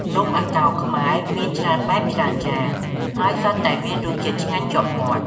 នំអាកោរខ្មែរមានច្រើនបែប ច្រើនយ៉ាង ហើយសុទ្ធតែមានរសជាតិឆ្ងាញ់ជាប់មាត់។